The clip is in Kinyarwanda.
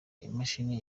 imashini